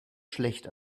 schlecht